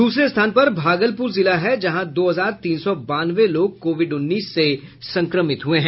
दूसरे स्थान पर भागलपुर जिला है जहां दो हजार तीन सौ बानवे लोग कोविड उन्नीस से संक्रमित हुए हैं